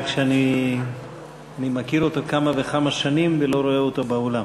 רק שאני מכיר אותו כמה וכמה שנים ולא רואה אותו באולם.